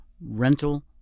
rental